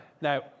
Now